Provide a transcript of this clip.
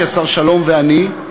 כי השר שלום ואני,